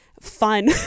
fun